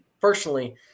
personally